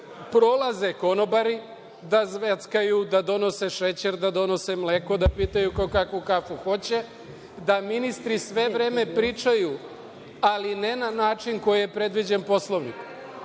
prolaze konobari da zveckaju, da donose šećer, da donose mleko, da pitaju ko kakvu kafu hoće, da ministri sve vreme pričaju, ali ne na način koji je predviđen Poslovnikom.